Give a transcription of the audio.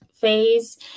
Phase